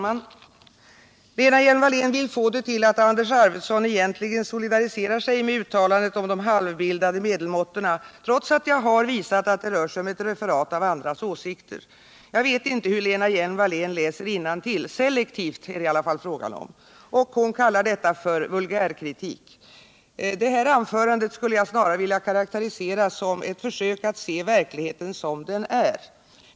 Herr talman! Lena Hjelm-Wallén vill få det till att Anders Arfwedson egentligen solidaliserar sig med uttalanden om de halvbildade medelmåt; torna, trots att jag visat att det rör sig om ett referat av andras åsikter. Jag vet inte hur Lena Hjelm-Wallén läser innantill — det är i alla fall selektivt. Och hon kallar det som anförs för vulgärkritik! Jag skulle snarare vilja karakterisera det aktuella anförandet som ett försök att visa verkligheten som den är.